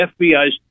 FBI's